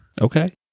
Okay